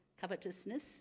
covetousness